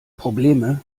probleme